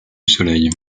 soleil